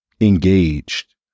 engaged